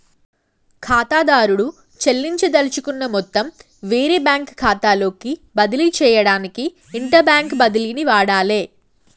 ఖాతాదారుడు చెల్లించదలుచుకున్న మొత్తం వేరే బ్యాంకు ఖాతాలోకి బదిలీ చేయడానికి ఇంటర్బ్యాంక్ బదిలీని వాడాలే